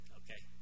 okay